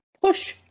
push